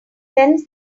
sends